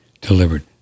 delivered